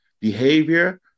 behavior